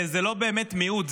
זה לא באמת מיעוט.